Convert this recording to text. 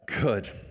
Good